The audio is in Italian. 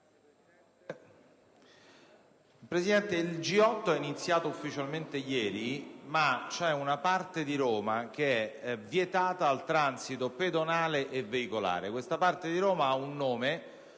Presidente, il G8 è iniziato ufficialmente ieri ma c'è una parte di Roma che da qualche giorno è vietata al transito pedonale e veicolare. Questa parte di Roma ha un nome: